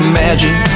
magic